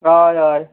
हय हय